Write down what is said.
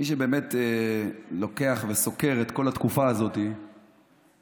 מי שבאמת לוקח וסוקר את כל התקופה הזאת מוצא